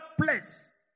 place